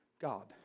God